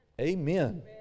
Amen